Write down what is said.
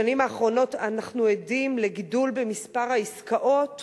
בשנים האחרונות אנחנו עדים לגידול במספר העסקאות